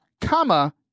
comma